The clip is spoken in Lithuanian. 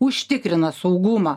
užtikrina saugumą